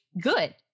good